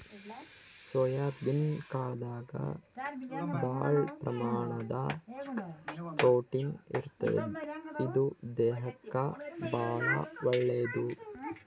soybean ಕಾಳ್ದಾಗ್ ಭಾಳ್ ಪ್ರಮಾಣದಾಗ್ ಪ್ರೊಟೀನ್ ಇರ್ತದ್ ಇದು ದೇಹಕ್ಕಾ ಭಾಳ್ ಒಳ್ಳೇದ್